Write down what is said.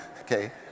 okay